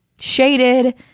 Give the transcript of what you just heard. shaded